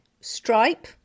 stripe